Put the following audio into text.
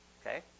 Okay